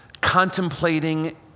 contemplating